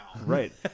right